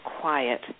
quiet